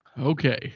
Okay